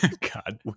God